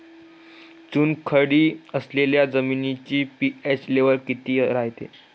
चुनखडी असलेल्या जमिनीचा पी.एच लेव्हल किती रायते?